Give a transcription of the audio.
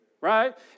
Right